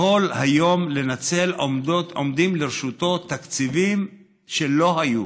יכול היום לנצל, עומדים לרשותו תקציבים שלא היו.